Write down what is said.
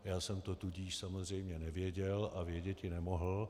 Já jsem to tudíž samozřejmě nevěděl a věděti nemohl.